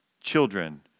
children